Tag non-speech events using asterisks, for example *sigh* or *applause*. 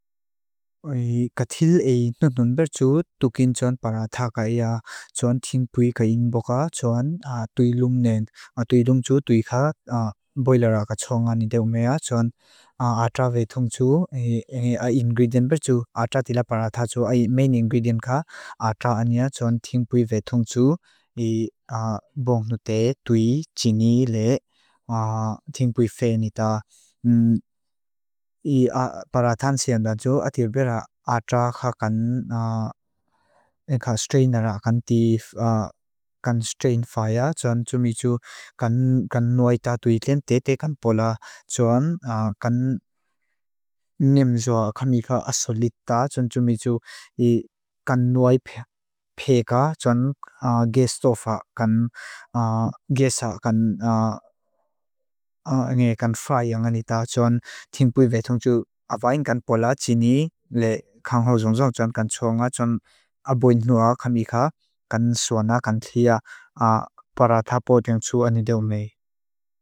*hesitation* Gathil ei nun nun bertsu tukin tson paratha ka ia tson ting pui ka ing boka tson tui lung nend. Tui lung tsu, tui ka boila ra ka tso ngani te umea tson atra ve thong tsu. *hesitation* Ingridient bertsu, atra tila paratha tsu. I main ingredient ka atra ania tson ting pui ve thong tsu. *hesitation* I bong nu te, tui, jini le, *hesitation* ting pui fe nita. *hesitation* *hesitation* Paratha tansi anda tsu ati bera atra ka kan *hesitation* strainera, kan strain faya tson. Tsu mi tsu kan kan nuai ta tui tlen te te kan pola tson. Kan neam tsu a kani ka asolita tson. Tsu mi tsu i kan nuai pe ka tson. Ingridient bertsu tukin tson paratha ka ia tson ting pui ve thong tsu.